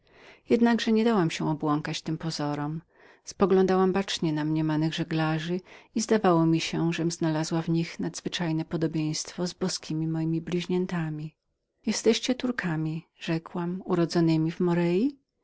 dałam się obłąkać tym pozorom spoglądałam bacznie na mniemanych majtków i zdawało mi się żem znalazła w nich nadzwyczajne podobieństwo z boskiemi mojemi bliźniętami jesteście turkami rzekłam urodzonemi w morei